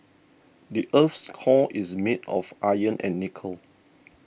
the earth's core is made of iron and nickel